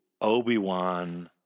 Obi-Wan